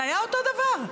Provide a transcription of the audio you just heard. זה היה אותו דבר.